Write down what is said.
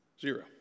Zero